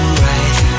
right